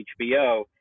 HBO